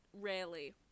rarely